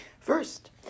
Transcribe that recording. First